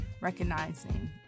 recognizing